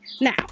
Now